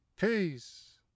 peace